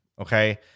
Okay